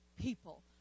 people